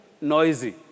noisy